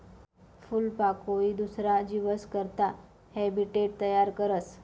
फूलपाकोई दुसरा जीवस करता हैबीटेट तयार करस